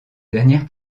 dernière